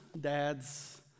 dads